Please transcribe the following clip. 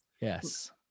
Yes